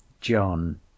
John